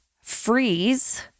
freeze